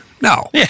No